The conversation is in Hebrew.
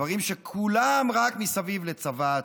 דברים שהם כולם רק מסביב לצבא,